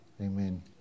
Amen